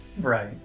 Right